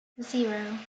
zero